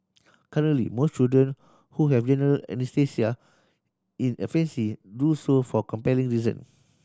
currently most children who have general anaesthesia in a fancy do so for compelling reason